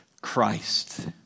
Christ